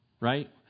right